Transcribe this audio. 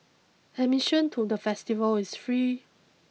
admission to the festival is free